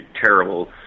terrible